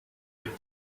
would